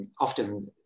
Often